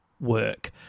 work